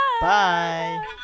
Bye